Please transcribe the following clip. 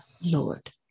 Lord